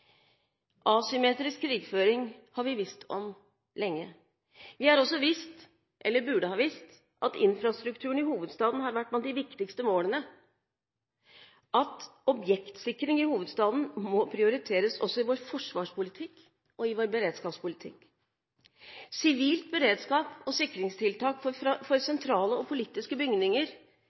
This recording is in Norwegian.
Asymmetrisk krigføring har vi visst om lenge. Vi har også visst – eller burde ha visst – at infrastrukturen i hovedstaden har vært blant de viktigste målene, at objektsikring i hovedstaden må prioriteres også i vår forsvarspolitikk og i vår beredskapspolitikk. Sivilt beredskap og sikringstiltak for sentrale og politiske bygninger